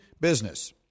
business